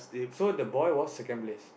so the boy was second place